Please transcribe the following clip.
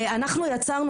יצרנו